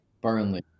Burnley